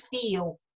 feel